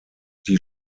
die